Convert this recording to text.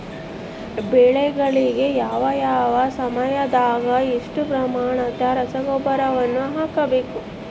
ಬೆಳೆಗಳಿಗೆ ಯಾವ ಯಾವ ಸಮಯದಾಗ ಎಷ್ಟು ಪ್ರಮಾಣದ ರಸಗೊಬ್ಬರವನ್ನು ಹಾಕಬೇಕು?